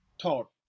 taught